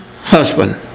husband